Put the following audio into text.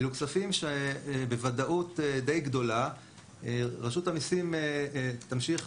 אלו כספים שבוודאות די גדולה רשות המיסים תמשיך